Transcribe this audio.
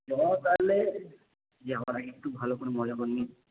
চ তাহলে যাবার আগে একটু ভালো করে মজা করে নিই